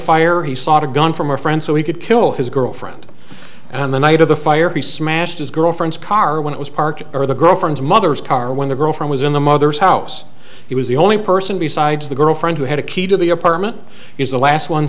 fire he sought a gun from a friend so he could kill his girlfriend and the night of the fire he smashed his girlfriend's car when it was parked over the girlfriend's mother's car when the girl from was in the mother's house he was the only person besides the girlfriend who had a key to the apartment is the last one